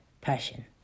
passion